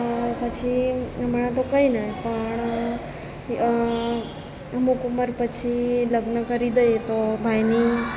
પછી હમણાં તો કંઈ નહીં પણ અમુક ઉંમર પછી લગ્ન કરી દઈએ તો ભાઈની